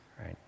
right